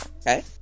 Okay